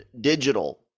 digital